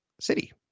city